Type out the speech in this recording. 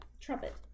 Trumpet